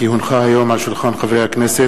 כי הונחו היום על שולחן הכנסת,